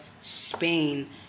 Spain